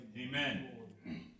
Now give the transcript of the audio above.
Amen